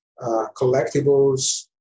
collectibles